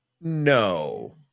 no